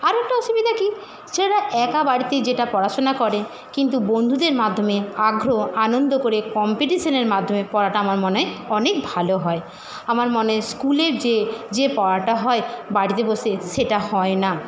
আরও একটা অসুবিধা কী সেটা একা বাড়িতে যেটা পড়াশোনা করে কিন্তু বন্ধুদের মাধ্যমে আগ্রহ আনন্দ করে কম্পিটিশানের মাধ্যমে পড়াটা আমার মনে হয় অনেক ভালো হয় আমার মানে স্কুলে যে যে পড়াটা হয় বাড়িতে বসে সেটা হয় না